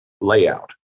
layout